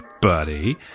buddy